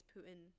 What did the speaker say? Putin